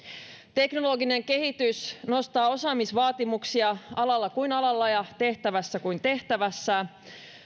teknologinen kehitys nostaa osaamisvaatimuksia alalla kuin alalla ja tehtävässä kuin tehtävässä